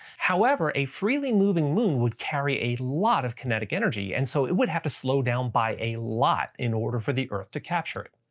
however, a freely moving moon would carry a lot of kinetic energy and so it would have to slow down by a lot in order for the earth to capture it.